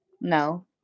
No